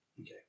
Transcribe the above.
Okay